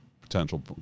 potential